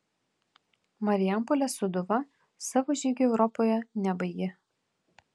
marijampolės sūduva savo žygio europoje nebaigė